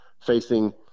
facing